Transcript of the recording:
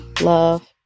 love